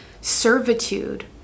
servitude